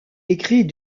écrit